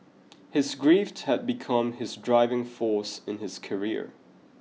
his grief had become his driving force in his career